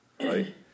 right